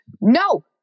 no